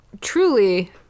truly